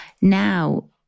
now